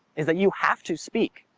is that you have to speak,